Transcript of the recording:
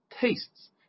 tastes